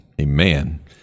amen